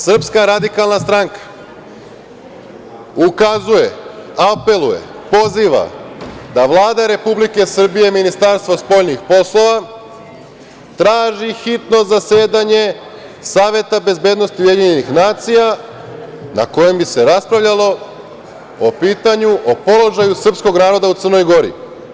Srpska radikalna stranka ukazuje, apeluje, poziva da Vlada Republike Srbije i Ministarstvo spoljnih poslova traži hitno zasedanje Saveta bezbednosti UN, na kojem bi se raspravljalo o pitanju, o položaju srpskog naroda u Crnoj Gori.